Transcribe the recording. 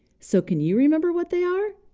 so, can you remember what they are?